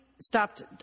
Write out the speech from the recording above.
stopped